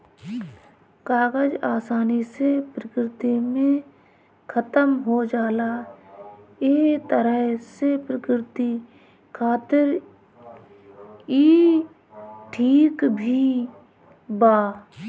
कागज आसानी से प्रकृति में खतम हो जाला ए तरह से प्रकृति खातिर ई ठीक भी बा